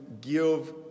give